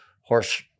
horse